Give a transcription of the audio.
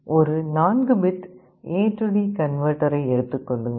ஒரு 4 bit AD கன்வெர்ட்டரை எடுத்துக் கொள்ளுங்கள்